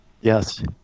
Yes